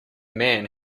man